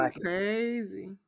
crazy